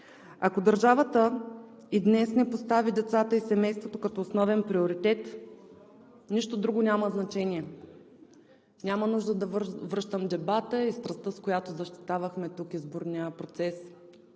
Ако държавата и днес не постави децата и семейството като основен приоритет, нищо друго няма значение. Няма нужда да връщам дебата и страстта, с която защитавахме тук изборния процес.